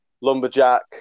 lumberjack